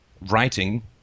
writing